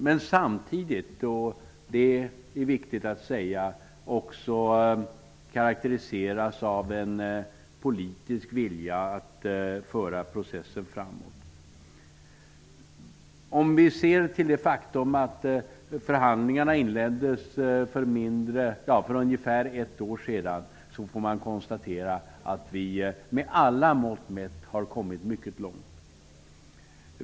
Men samtidigt är det viktigt att säga att den karakteriseras av en politisk vilja att föra processen framåt. Ser vi på det faktum att förhandlingarna inleddes för ungefär ett år sedan, kan vi konstatera att vi med alla mått mätt har kommit mycket långt.